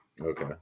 Okay